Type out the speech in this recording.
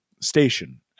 station